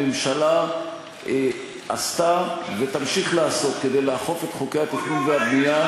הממשלה עשתה ותמשיך לעשות כדי לאכוף את חוקי התכנון והבנייה,